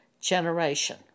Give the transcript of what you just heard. generation